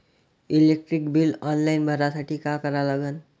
Electric bill online भरासाठी का करा लागन?